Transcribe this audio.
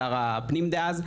שר הפנים דאז,